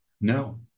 no